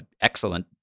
excellent